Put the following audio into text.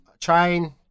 train